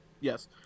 Yes